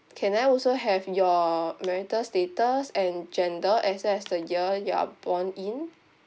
can I also have your marital status and gender as well as the year you are born in